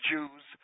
Jews